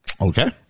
Okay